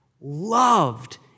loved